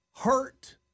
hurt